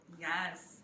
Yes